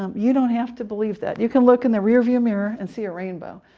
um you don't have to believe that. you can look in the rearview mirror, and see a rainbow.